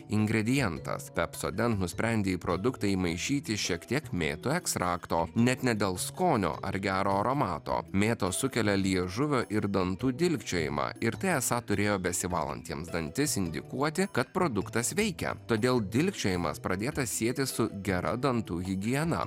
ingredientas pepsoden nusprendė į produktą įmaišyti šiek tiek mėtų ekstrakto net ne dėl skonio ar gero aromato mėtos sukelia liežuvio ir dantų dilgčiojimą ir tai esą turėjo besivalantiems dantis indikuoti kad produktas veikia todėl dilgčiojimas pradėtas sieti su gera dantų higiena